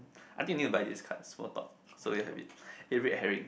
I think we need to buy this card small talk so we'll a bit eh red herring